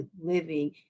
living